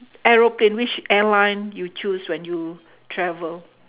aeroplane which airline you choose when you travel